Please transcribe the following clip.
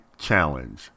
challenge